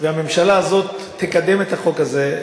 והממשלה הזאת תקדם את החוק הזה.